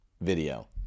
video